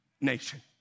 nation